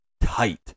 tight